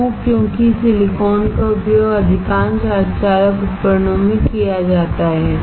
क्यों क्योंकि सिलिकॉन का उपयोग अधिकांश सेमीकंडक्टर उपकरणों में किया जाता है